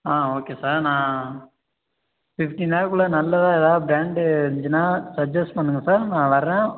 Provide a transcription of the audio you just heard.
ஆ okay sir நான் fifteen லேக்குள்ளே நல்லதாக ஏதாவது ப்ராண்டு இருந்துச்சுன்னா சஜ்ஜஸ் பண்ணுங்கள் சார் நான் வர்றேன்